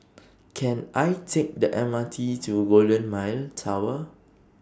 Can I Take The M R T to Golden Mile Tower